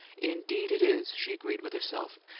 indeed it is, she agreed with herself,